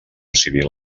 civil